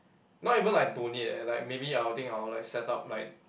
not even like donate eh like maybe I will think I will like set up like